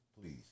please